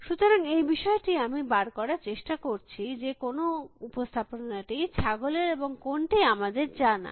সুতরাং এই বিষয়টি ই আমি বার করার চেষ্টা করছি যে কোন উপস্থাপনাটি ছাগলের এবং কোনটি আমাদের জানা